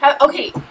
Okay